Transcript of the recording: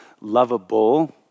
lovable